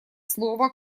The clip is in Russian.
слово